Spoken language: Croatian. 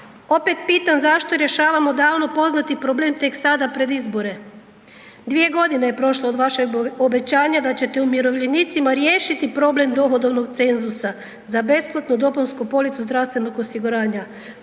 Opet pitam, zašto rješavamo davno poznati problem tek sada pred izbore? 2.g. je prošlo od vašeg obećanja da ćete umirovljenicima riješiti problem dohodovnog cenzusa za besplatnu dopunsku policu zdravstvenog osiguranja.